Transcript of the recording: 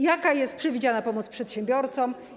Jaka jest przewidziana pomoc przedsiębiorcom?